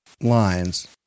lines